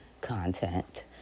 content